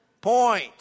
point